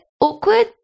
awkward